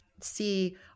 see